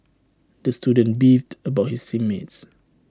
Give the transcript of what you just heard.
the student beefed about his team mates